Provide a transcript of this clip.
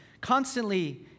constantly